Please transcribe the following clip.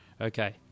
Okay